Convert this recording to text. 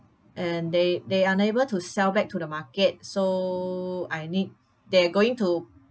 and they they are unable to sell back to the market so I need they're going to